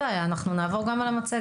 אין בעיה, אנחנו נעבור גם על המצגת.